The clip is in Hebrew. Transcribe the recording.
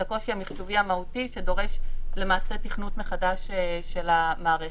את הקושי המחשובי המהותי שדורש למעשה תכנות מחדש של המערכת.